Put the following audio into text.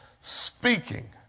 speaking